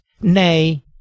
Nay